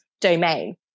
domain